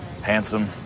Handsome